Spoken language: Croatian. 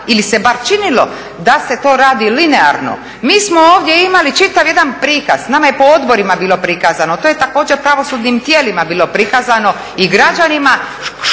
ili se bar činilo da se to radi linearno. Mi smo ovdje imali čitav jedan prikaz, nama je po odborima bilo prikazano, to je također pravosudnim tijelima bilo prikazano i građanima,